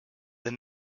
the